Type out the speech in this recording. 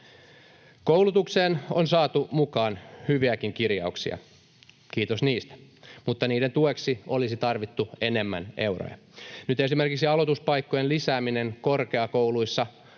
Koulutukseen on saatu mukaan hyviäkin kirjauksia. Kiitos niistä, mutta niiden tueksi olisi tarvittu enemmän euroja. Nyt esimerkiksi aloituspaikkojen lisääminen korkeakouluissa